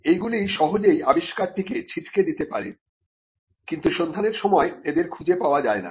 এইগুলি সহজেই আবিষ্কারটিকে ছিটকে দিতে পারে কিন্তু সন্ধানের সময় এদের খুঁজে পাওয়া যায় না